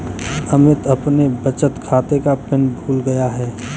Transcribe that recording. अमित अपने बचत खाते का पिन भूल गया है